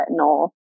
retinol